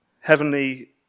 Heavenly